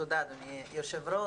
תודה אדוני יו"ר.